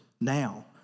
Now